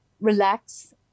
relax